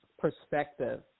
perspective